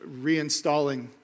reinstalling